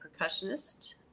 percussionist